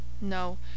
No